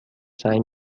سعی